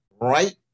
right